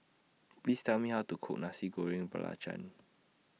Please Tell Me How to Cook Nasi Goreng Belacan